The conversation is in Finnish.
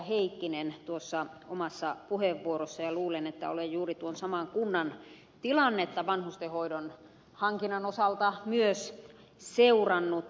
heikkinen tuossa omassa puheenvuorossaan ja luulen että olen juuri tuon saman kunnan tilannetta vanhustenhoidon hankinnan osalta myös seurannut